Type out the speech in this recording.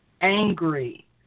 angry